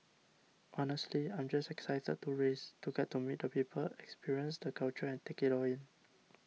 honestly I'm just excited to race to get to meet the people experience the culture and take it all in